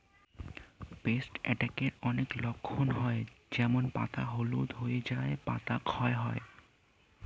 paste অ্যাটাকের অনেক লক্ষণ হয় যেমন পাতা হলুদ হয়ে যাওয়া, পাতা ক্ষয় যাওয়া